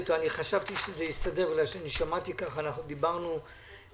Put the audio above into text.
חשבתי שזה הולך להסתדר, אבל מתברר שזה